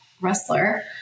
wrestler